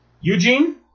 Eugene